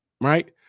right